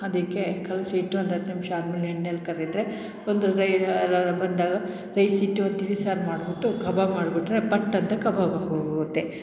ಅದಕ್ಕೆ ಕಲಸಿ ಇಟ್ಟು ಒಂದು ಹತ್ತು ನಿಮಿಷ ಆದ್ಮೇಲೆ ಎಣ್ಣೆಲಿ ಕರೆದರೆ ಒಂದು ರೈ ಎಲ್ಲರು ಬಂದಾಗ ರೈಸ್ ಇಟ್ಟು ತಿಳಿಸಾರು ಮಾಡಿಬಿಟ್ಟು ಕಬಾಬ್ ಮಾಡಿಬಿಟ್ರೆ ಪಟ್ ಅಂತ ಕಬಾಬ್ ಆಗೋಗುತ್ತೆ